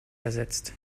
ersetzt